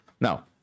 Now